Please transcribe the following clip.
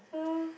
!huh!